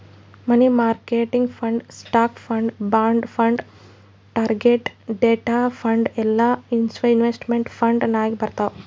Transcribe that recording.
money market fund, stock fund, bond fund, target date fund ಎಲ್ಲಾ investment fund ನಾಗ್ ಬರ್ತಾವ್